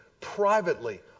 privately